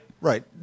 Right